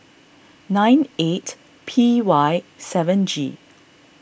nine eight P Y seven G